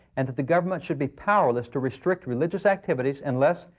and that the government should be powerless to restrict religious activities unless,